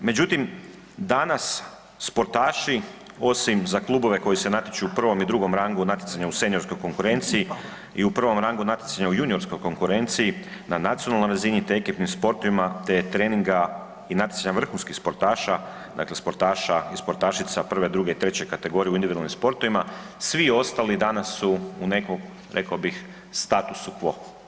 Međutim, danas sportaši osim za klubove koji se natječu u prvom i drugom rangu natjecanja u seniorskoj konkurenciji, i u prvom rangu natjecanja u juniorskoj konkurenciji na nacionalnoj razini te ekipnim sportovima, te treninga i natjecanja vrhunskih sportaša dakle, sportaša i sportašica 1., 2. i 3. kategorije u individualnim sportovima svi ostali danas su u nekakvom rekao bih status quo.